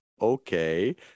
okay